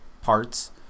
parts